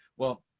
well,